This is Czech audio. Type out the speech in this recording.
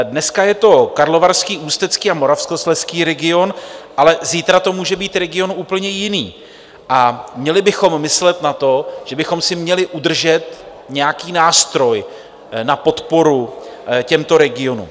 Dneska je to Karlovarský, Ústecký a Moravskoslezský region, ale zítra to může být region úplně jiný, a měli bychom myslet na to, že bychom si měli udržet nějaký nástroj na podporu těmto regionům.